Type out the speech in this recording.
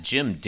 Jim